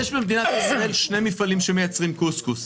יש במדינת ישראל שני מפעלים שמייצרים קוסקוס,